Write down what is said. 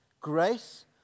Grace